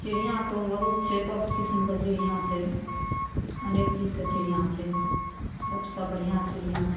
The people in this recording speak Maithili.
चिड़िआँके तऽ बहुत छै बहुत किसिमके चिड़िआँ छै अनेक चीजके चिड़िआँ छै सबसे बढ़िआँ चिड़िआँ